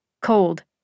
cold